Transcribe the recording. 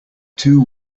two